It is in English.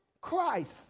Christ